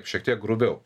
šiek tiek grubiau